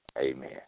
Amen